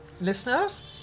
listeners